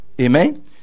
Amen